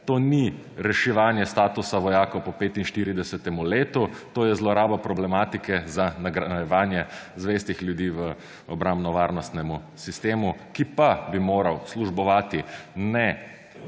To ni reševanje statusa vojakov po 45. letu, to je zloraba problematike za nagrajevanje zvestih ljudi v obrambno-varnostnem sistemu, ki pa bi moral službovati ne